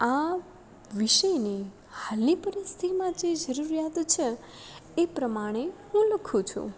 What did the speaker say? આ વિષયને હાલની પરિસ્થિતિમાં જે જરૂરિયાત છે એ પ્રમાણે હું લખું છું